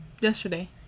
yesterday